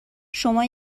شما